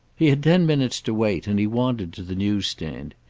he had ten minutes to wait, and he wandered to the newsstand.